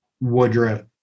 Woodruff